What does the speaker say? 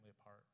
apart